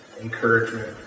encouragement